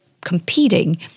competing